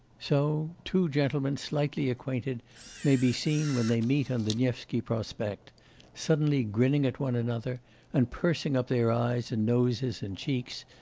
so two gentlemen slightly acquainted may be seen when they meet on the nevsky prospect suddenly grinning at one another and pursing up their eyes and noses and cheeks,